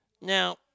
Now